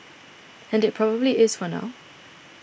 and it probably is for now